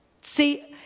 See